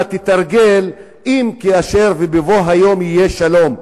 יתרגלו אם וכאשר ובבוא היום יבוא שלום.